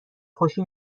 خوشی